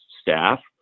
staff